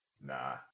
Nah